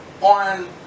on